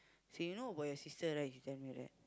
say you know about your sister right